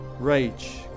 Rage